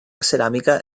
ceràmica